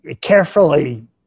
carefully